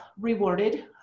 rewarded